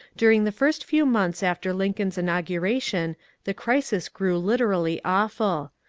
during the first few months after lincoln's inauguration the crisis grew literally awful.